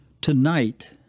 tonight